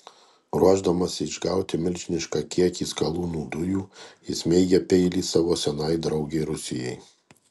ruošdamasi išgauti milžinišką kiekį skalūnų dujų ji smeigia peilį savo senai draugei rusijai